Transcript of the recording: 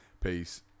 peace